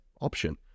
option